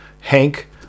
Hank